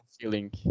feeling